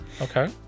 Okay